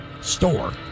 store